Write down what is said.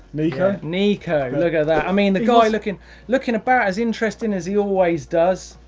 nico. nico! look at that. i mean the guy looking looking about as interesting as he always does.